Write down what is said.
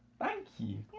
thank you.